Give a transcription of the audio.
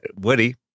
Woody